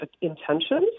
intentions